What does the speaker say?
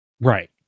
Right